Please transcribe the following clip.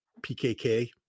PKK